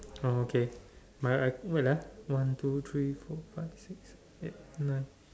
oh okay mine uh wait ah one two three four five six seven eight nine